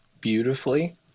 beautifully